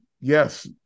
Yes